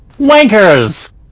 Wankers